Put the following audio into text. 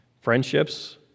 friendships